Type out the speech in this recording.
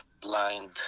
blind